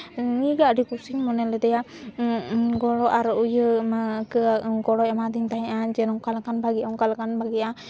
ᱱᱩᱭᱜᱮ ᱟᱹᱰᱤ ᱠᱩᱥᱤᱧ ᱢᱚᱱᱮ ᱞᱮᱫᱮᱭᱟ ᱜᱚᱜᱚ ᱟᱨ ᱤᱭᱟᱹ ᱚᱱᱟ ᱜᱚᱲᱚᱭ ᱮᱢᱟᱫᱤᱧ ᱛᱟᱦᱮᱸᱜᱼᱟ ᱡᱮ ᱱᱚᱝᱠᱟ ᱞᱮᱠᱟᱱ ᱵᱷᱟᱹᱜᱤ ᱚᱱᱠᱟ ᱞᱮᱠᱷᱟᱱ ᱵᱷᱟᱹᱜᱤᱜᱼᱟ